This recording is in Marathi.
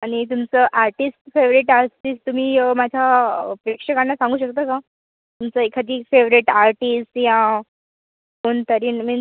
आणि तुमचं आर्टिस्ट फेवरेट आर्टिस्ट तुम्ही माझ्या प्रेक्षकांना सांगू शकता का तुमचं एखादी फेवरेट आर्टिस्ट या कोणतरीन मीन